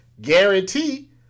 guarantee